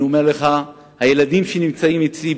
אני אומר לך שהילדים שנמצאים אצלי,